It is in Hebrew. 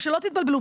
ושלא תתבלבלו,